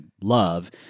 love